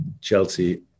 Chelsea